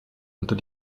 unter